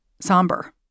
Somber